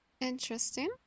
Interesting